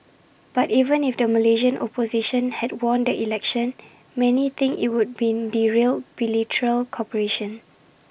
but even if the Malaysian opposition had won the election not many think IT would have derailed bilateral cooperation